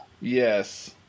yes